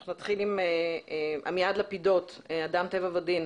אנחנו נתחיל עם עמיעד לפידות, אדם טבע ודין.